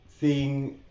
seeing